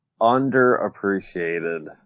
Underappreciated